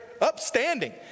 upstanding